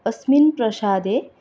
अस्मिन् प्रासादे